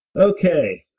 Okay